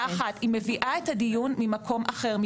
והיא מביאה את הדיון ממקום אחר,